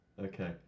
Okay